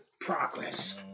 progress